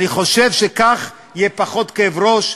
אני חושב שכך יהיה פחות כאב ראש,